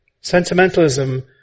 Sentimentalism